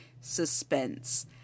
suspense